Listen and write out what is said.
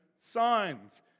signs